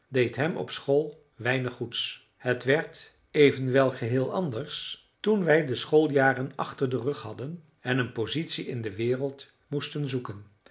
deed hem op school weinig goeds het werd evenwel geheel anders toen wij de schooljaren achter den rug hadden en een positie in de wereld moesten zoeken